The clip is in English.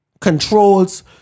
controls